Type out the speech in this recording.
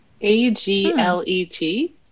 A-G-L-E-T